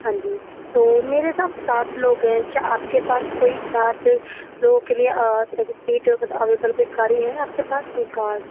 ہاں جی تو میرے ساتھ سات لوگ ہیں کیا آپ کے پاس کوئی سات لوگوں کے لیے سوین سیٹر اویلیبل ہے گاڑی ہے آپ کے پاس کوئی کار